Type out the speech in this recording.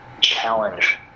challenge